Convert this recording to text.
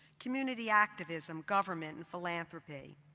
community activism, government, and philanthropy.